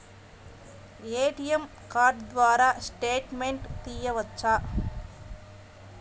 ATM card ద్వారా statement తీయవచ్చా?